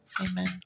Amen